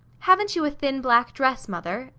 haven't you a thin black dress, mother?